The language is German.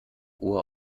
uhr